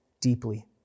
deeply